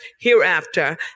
hereafter